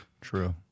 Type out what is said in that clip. True